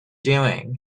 doing